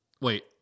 Wait